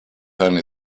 only